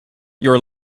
your